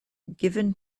given